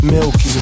Milk